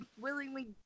willingly